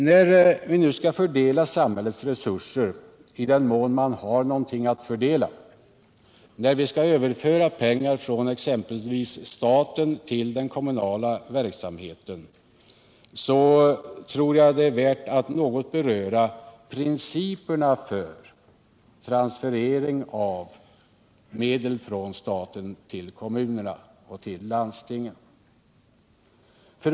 När vi nu skall fördela samhällets resurser — i den mån vi har någonting att fördela — när vi skall överföra pengar från exempelvis staten till den kommunala verksamheten, är det värt att något beröra principerna för transferering av medel från staten till kommunerna och landstingen.